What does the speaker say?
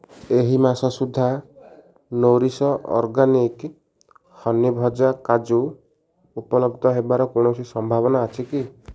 ଏହି ମାସ ସୁଦ୍ଧା ନୋରିଶ ଅର୍ଗାନିକ୍ ହନି ଭଜା କାଜୁ ଉପଲବ୍ଧ ହେବାର କୌଣସି ସମ୍ଭାବନା ଅଛି କି